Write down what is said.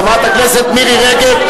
חבר הכנסת אחמד טיבי.